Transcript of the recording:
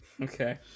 Okay